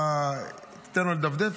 תן לו לדפדף,